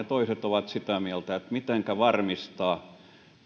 toiset ovat sitä mieltä että mitenkä varmistaa